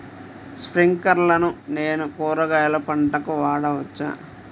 స్ప్రింక్లర్లను నేను కూరగాయల పంటలకు వాడవచ్చా?